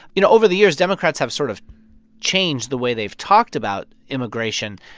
you know, over the years, democrats have sort of changed the way they've talked about immigration.